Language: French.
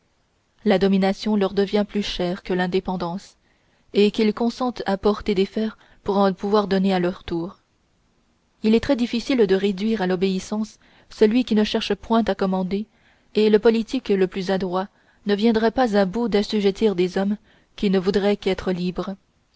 la domination leur devient plus chère que l'indépendance et qu'ils consentent à porter des fers pour en pouvoir donner à leur tour il est très difficile de réduire à l'obéissance celui qui ne cherche point à commander et le politique le plus adroit ne viendrait pas à bout d'assujettir des hommes qui ne voudraient qu'être libres